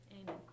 Amen